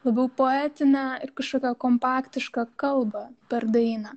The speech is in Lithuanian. labiau poetinę ir kažkokią kompaktišką kalbą per dainą